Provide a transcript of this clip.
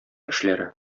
эшләре